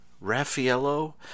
Raffaello